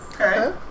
Okay